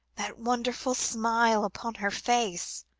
that wonderful smile upon her face,